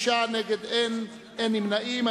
66 בעד, אין מתנגדים ואין נמנעים.